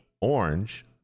Orange